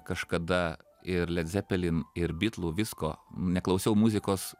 kažkada ir led zepelin ir bitlų visko neklausiau muzikos